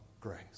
grace